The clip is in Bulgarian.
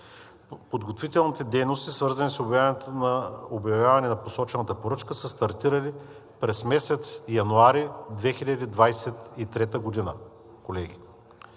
подготвителните дейности, свързани с обявяване на посочената поръчка, са стартирали през месец януари 2023 г.